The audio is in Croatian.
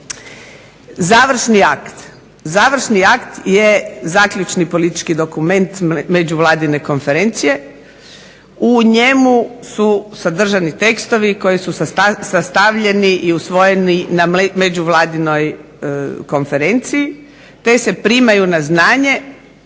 Završni akt je zaključni politički dokument međuvladine konferencije. U njemu su sadržani tekstovi koji su sastavljeni i usvojeni na međuvladinoj konferenciji te se primaju na znanje